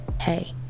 Hey